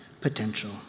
potential